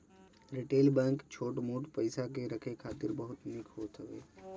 retail bank छोट मोट पईसा के रखे खातिर बहुते निक होत हवे